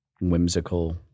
whimsical